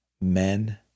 men